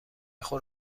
خود